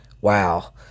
Wow